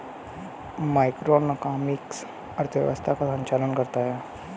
macroeconomics अर्थव्यवस्था का संचालन करता है